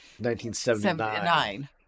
1979